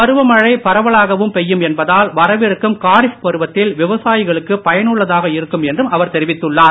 பருவமழை பரவலாகவும் பெய்யும் என்பதால் வரவிருக்கும் காரிஃப் பருவத்தில் விவசாயிகளுக்கு பயனுள்ளதாக இருக்கும் என்றும் அவர் தெரிவித்துள்ளார்